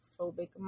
phobic